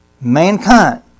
Mankind